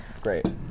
Great